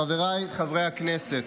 חבריי חברי הכנסת,